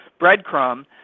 breadcrumb